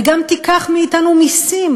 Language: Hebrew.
וגם תיקח מאתנו מסים,